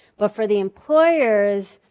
but for the employers,